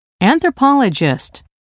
Anthropologist